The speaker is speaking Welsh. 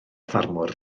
ffarmwr